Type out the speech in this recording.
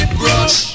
brush